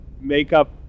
makeup